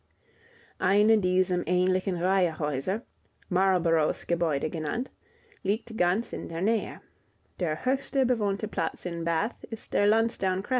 eine diesem ähnliche reihe häuser marlboroughsgebäude genannt liegt ganz in der nähe der höchste bewohnte platz in bath ist der